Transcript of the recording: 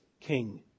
king